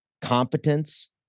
competence